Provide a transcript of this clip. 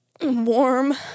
warm